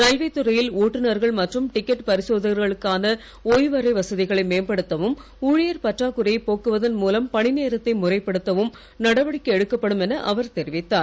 railway துறையில் ஒட்டுனர்கள் மற்றும் டிக்கெட் பரிசோதகர்களுக்கான ஒய்வறை வசதிகளை மேம்படுத்தவும் ஊழியர் பற்றாக்குறையைப் போக்குவதன் முலம் பணிநேரத்தை முறைப்படுத்தவும் நடவடிக்கை எடுக்கப்படும் என அவர் தெரிவித்தார்